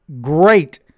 great